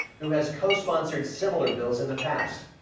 who has co sponsored similar bills in the past.